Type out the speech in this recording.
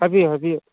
ꯍꯥꯏꯕꯤꯌꯨ ꯍꯥꯏꯕꯤꯌꯨ